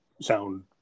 sound